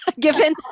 given